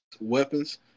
weapons